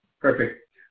Perfect